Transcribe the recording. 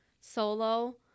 solo